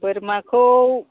बोरमाखौ